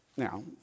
Now